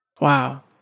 Wow